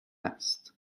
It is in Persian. است